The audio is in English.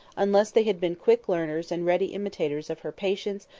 unless they had been quick learners and ready imitators of her patience,